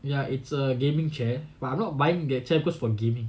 ya it's a gaming chair but I'm not buying their chair cause for gaming